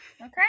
Okay